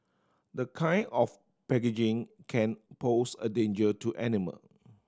the kind of packaging can pose a danger to animal